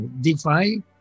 DeFi